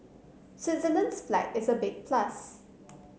Switzerland's flag is a big plus